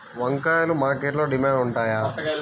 వంకాయలు మార్కెట్లో డిమాండ్ ఉంటాయా?